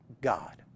God